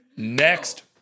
Next